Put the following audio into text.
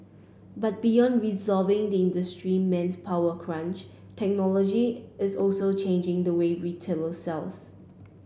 but beyond resolving the industry manpower crunch technology is also changing the way retailer sells